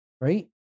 right